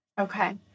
Okay